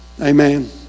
Amen